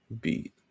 beat